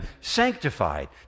sanctified